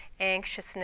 anxiousness